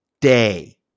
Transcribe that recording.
day